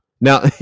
Now